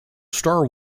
star